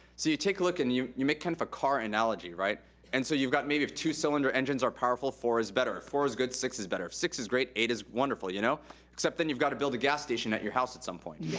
so you take a look and you you make kind of a car analogy. and so you've got maybe if two-cylinder engines are powerful, four is better. if four is good, six is better. if six is great, eight is wonderful. you know except then you've gotta build a gas station at your house at some point.